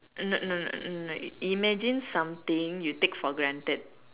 no no no imagine something you take for granted